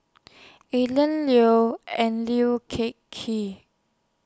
alien Liu and Liu Ker Kee